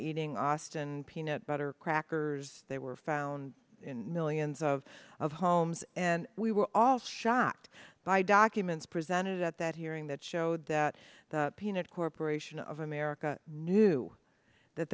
eating austin peanut butter crackers they were found in millions of of homes and we were all shocked by documents presented at that hearing that showed that the peanut corporation of america knew that